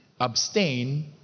abstain